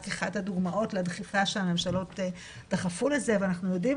אחת הדוגמאות לדחיפה שהממשלות דחפו לזה ואנחנו יודעים